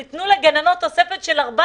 נתחיל בזה